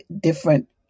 different